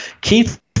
Keith